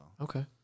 Okay